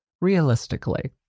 realistically